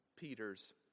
Peter's